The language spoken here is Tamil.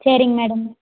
சரிங் மேடம்